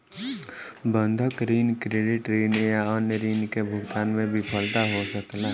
बंधक ऋण, क्रेडिट ऋण या अन्य ऋण के भुगतान में विफलता हो सकेला